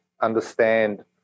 understand